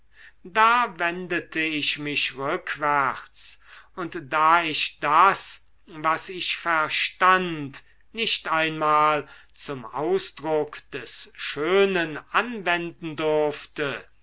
da wendete ich mich rückwärts und da ich das was ich verstand nicht einmal zum ausdruck des schönen anwenden durfte